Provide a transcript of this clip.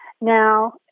Now